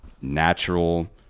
natural